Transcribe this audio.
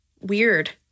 weird